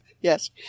Yes